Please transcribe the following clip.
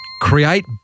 create